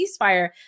ceasefire